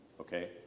Okay